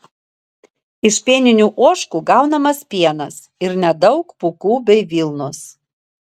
iš pieninių ožkų gaunamas pienas ir nedaug pūkų bei vilnos